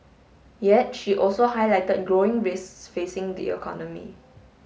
yet she also highlighted growing risks facing the economy